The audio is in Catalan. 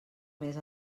més